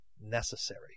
necessary